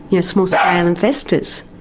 you know small-scale investors.